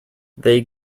they